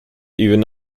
even